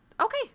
okay